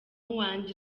uwanjye